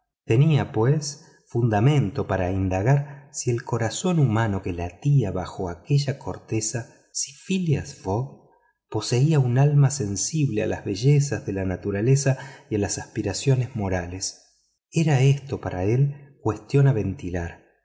tenía pues fundamento para indagar si el corazón humano que latía bajo aquella corteza si phileas fogg poseía un alma sensible a las bellezas de la naturaleza y a las aspiraciones morales era esto para él cuestión de ventilar